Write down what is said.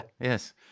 Yes